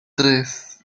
tres